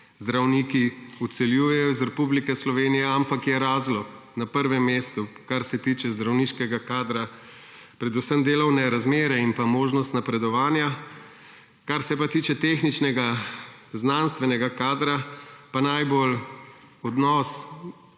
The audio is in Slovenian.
zdravniki odseljujejo iz Republike Slovenije, ampak je razlog na prvem mestu, kar se tiče zdravniškega kadra, predvsem delovne razmere in pa možnost napredovanja. Kar se pa tiče tehničnega, znanstvenega kadra pa najbolj odnos